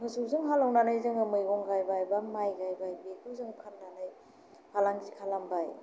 मोसौजों हालेवनानै जोङो मैगं गायबाय बा माइ गायबाय बेखौ जों फाननानै फालांगि खालामबाय